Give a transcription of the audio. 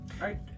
right